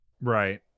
Right